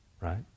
right